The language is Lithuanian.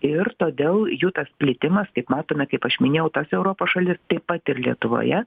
ir todėl jų tas plitimas kaip matome kaip aš minėjau tas europos šalis taip pat ir lietuvoje